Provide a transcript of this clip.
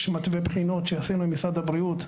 יש מתווה בחינות שעשינו עם משרד הבריאות,